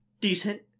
decent